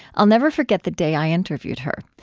i'll never forget the day i interviewed her.